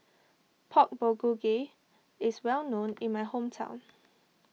Pork Bulgogi is well known in my hometown